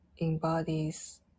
embodies